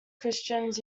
christians